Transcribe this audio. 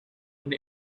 and